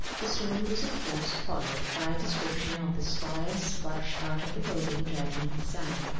the story was of course followed by a description of the squire's rush out of the building, dragging his son.